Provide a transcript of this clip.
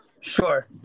Sure